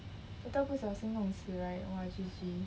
later 不小心弄死 right !wah! G_G